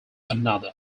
another